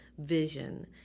vision